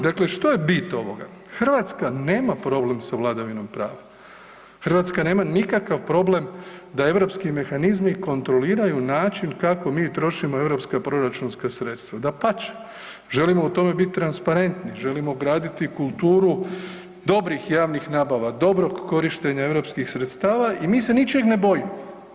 Dakle, što je bit ovoga Hrvatska nema problem sa vladavinom prava, Hrvatska nema nikakav problem da europski mehanizmi kontroliraju način kako mi trošimo europska proračunska sredstva, dapače, želimo u tome biti transparentni, želimo graditi kulturu dobrih javnih nabava, dobrog korištenja europskih sredstava i mi se ničeg ne bojimo.